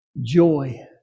Joy